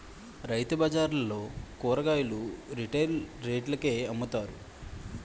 రైతుబజార్లలో కూరగాయలు రిటైల్ రేట్లకే అమ్ముతారు